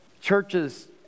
churches